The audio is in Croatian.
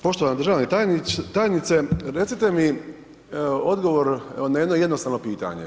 Poštovana državna tajnice, recite mi odgovor na jedno jednostavno pitanje.